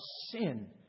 sin